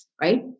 right